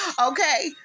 Okay